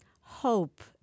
hope